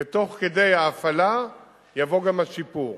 ותוך כדי ההפעלה יבוא גם השיפור.